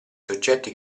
soggetti